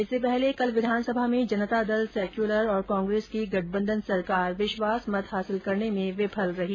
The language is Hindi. इससे पहले कल विधानसभा में जनता दल सेक्युलर और कांग्रेस की गठबंधन सरकार विश्वास मत हासिल करने में विफल रही